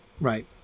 right